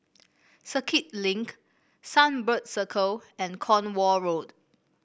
Circuit Link Sunbird Circle and Cornwall Road